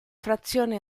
frazione